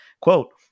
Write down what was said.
Quote